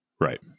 right